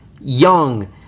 young